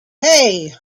hey